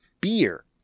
beer